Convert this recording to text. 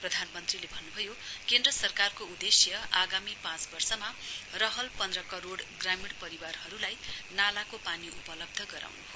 प्रधानमन्त्रीले भन्न् भयो केन्द्र सरकारको उद्देश्य आगामी पाँच वर्षमा रहल पन्ध करोड़ ग्रामीण परिवारहरूलाई नालाको पानी उपलब्ध गराउनु हो